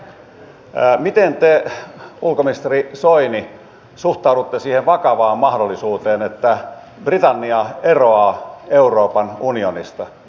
miten te ulkoministeri soini suhtaudutte siihen vakavaan mahdollisuuteen että britannia eroaa euroopan unionista